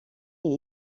est